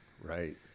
right